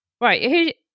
right